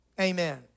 Amen